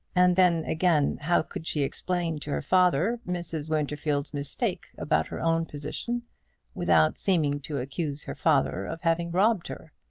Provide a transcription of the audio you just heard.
and then again, how could she explain to her father mrs. winterfield's mistake about her own position without seeming to accuse her father of having robbed her?